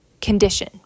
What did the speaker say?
condition